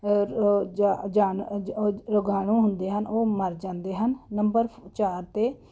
ਰੋਗਾਣੂ ਹੁੰਦੇ ਹਨ ਉਹ ਮਰ ਜਾਂਦੇ ਹਨ ਨੰਬਰ ਫ ਚਾਰ 'ਤੇ